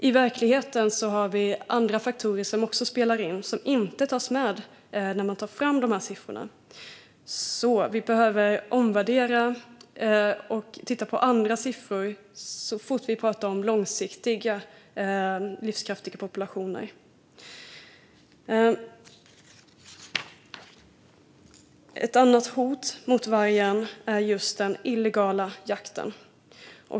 I verkligheten har vi andra faktorer som också spelar in, men de tas inte med när man tar fram dessa siffror. Därför behöver vi omvärdera och titta på andra siffror så fort vi pratar om långsiktiga, livskraftiga populationer. Ett annat hot mot vargen är just den illegala jakten.